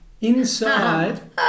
Inside